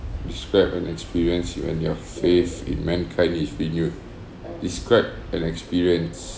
describe an experience when your faith in mankind is renewed describe an experience